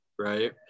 right